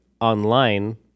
online